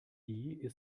die